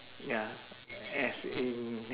ya as in